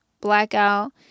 blackout